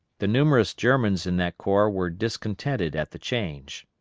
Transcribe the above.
the numerous germans in that corps were discontented at the change.